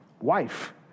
wife